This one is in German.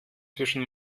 zwischen